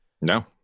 No